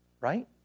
Right